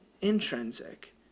intrinsic